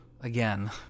again